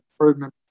improvement